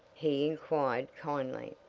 he inquired kindly.